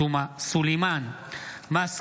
ינון אזולאי ויצחק קרויזר בנושא: הסרת